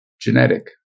genetic